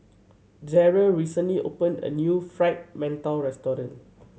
Garold recently opened a new Fried Mantou restaurant